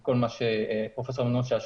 אני כבר שומע את הדציבלים שהיו בישיבה המכינה אתמול